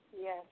Yes